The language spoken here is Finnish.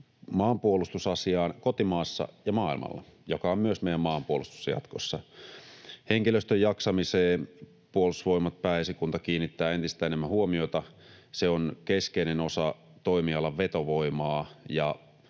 maanpuolustusasiaan kotimaassa ja maailmalla, joka on myös meidän maanpuolustusta jatkossa. Henkilöstön jaksamiseen Puolustusvoimat ja Pääesikunta kiinnittävät entistä enemmän huomiota. Se on keskeinen osa toimialan vetovoimaa, ja